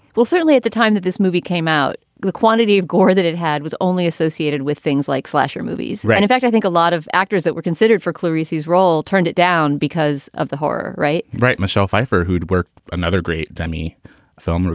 well, certainly at the time that this movie came out, the quantity of gore that it had was only associated with things like slasher movies. and in fact, i think a lot of actors that were considered for clarice's role turned it down because of the horror. right right. michelle phifer, who'd wear another great demi film.